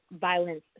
violence